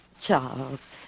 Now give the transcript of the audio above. Charles